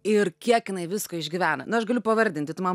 ir kiek jinai visko išgyvena na aš galiu pavardinti tu man